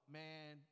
man